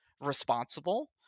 responsible